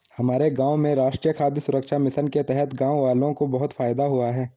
हमारे गांव में राष्ट्रीय खाद्य सुरक्षा मिशन के तहत गांववालों को बहुत फायदा हुआ है